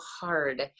hard